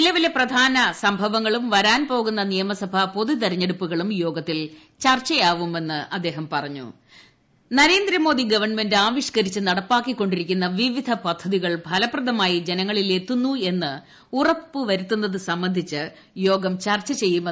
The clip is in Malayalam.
നിലവിലെ പ്രധാന്റു സംഭവങ്ങളും വരാൻ പോകുന്ന നിയമസഭാ പൊതു തെരഞ്ഞെടുപ്പുകളും യോഗത്തിൽ ചർച്ചയാവുമെന്ന് അദ്ദേഹം പറ്ഞ്ഞു ന്രേന്ദ്രമോദി ഗവൺമെന്റ് ആവിഷ്കരിച്ച് നടപ്പാക്കി കൊണ്ട്ടിരിക്കുന്ന വിവിധ പദ്ധതികൾ ഫലപ്രദമായി ജനങ്ങളിൽ എത്തുന്നു എന്ന് ഉറപ്പ് വരുന്നത് സംബന്ധിച്ച് യോഗം ചർച്ച പറഞ്ഞു